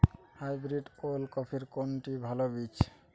Hybrid ওল কপির কোনটি ভালো বীজ?